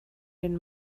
den